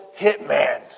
hitman